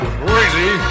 crazy